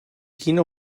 quina